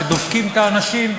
שדופקים את האנשים,